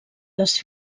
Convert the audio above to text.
les